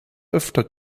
öfter